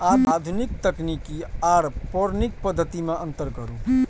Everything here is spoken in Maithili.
आधुनिक तकनीक आर पौराणिक पद्धति में अंतर करू?